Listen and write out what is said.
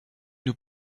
nous